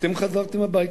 אתם חזרתם הביתה.